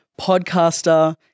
podcaster